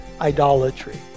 idolatry